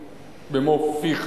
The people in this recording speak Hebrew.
במו-פיך.